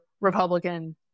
Republican